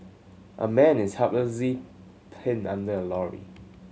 a man is helplessly pinned under a lorry